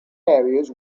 areas